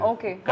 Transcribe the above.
Okay